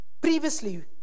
Previously